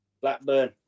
Blackburn